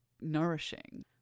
nourishing